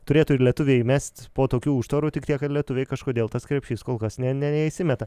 turėtų ir lietuviai įmest po tokių užtvarų tik tiek kad lietuviai kažkodėl tas krepšys kol kas ne neįsimeta